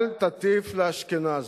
אל תטיף לאשכנזי,